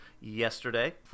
yesterday